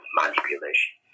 manipulation